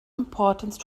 importance